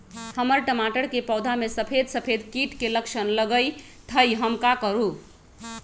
हमर टमाटर के पौधा में सफेद सफेद कीट के लक्षण लगई थई हम का करू?